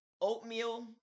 oatmeal